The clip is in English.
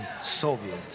Soviet